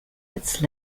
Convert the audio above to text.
its